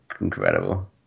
incredible